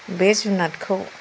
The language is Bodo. बे जुनादखौ